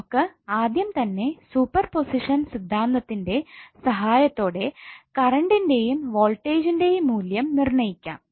നമുക്ക് ആദ്യം തന്നെ സൂപ്പർ പൊസിഷൻ സിദ്ധാന്തത്തിന്റെ സഹായത്തോടെ കറണ്ടിന്റെയും വോൾട്ടേജ്ന്റെയും മൂല്യം നിർണയിക്കാം